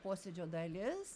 posėdžio dalis